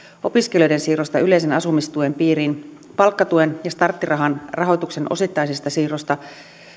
opiskelijoiden siirrosta yleisen asumistuen piiriin palkkatuen ja starttirahan rahoituksen osittaisesta siirrosta